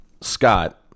Scott